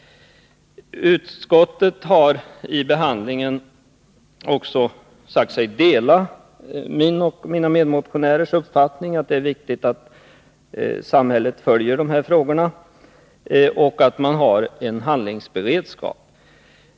Utskottet har vid behandlingen av vår motion sagt sig dela min och mina medmotionärers uppfattning, att det är viktigt att samhället följer dessa frågor och har en handlingsberedskap.